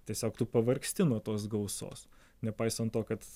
tiesiog tu pavargsti nuo tos gausos nepaisant to kad